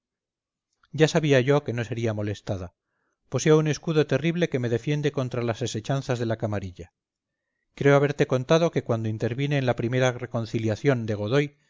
ya sabía yo que no sería molestada poseo un escudo terrible que me defiende contra las asechanzas de la camarilla creo haberte contado que cuando intervine en la primera reconciliación de godoy